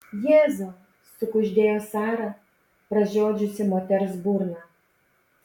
jėzau sukuždėjo sara pražiodžiusi moters burną